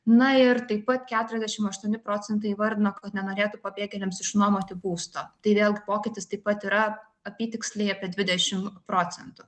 na ir taip pat keturiasdešim aštuoni procentai įvardino kad nenorėtų pabėgėliams išnuomoti būsto tai vėlgi pokytis taip pat yra apytiksliai apie dvidešim procentų